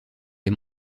les